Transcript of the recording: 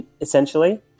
essentially